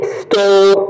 stole